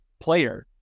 player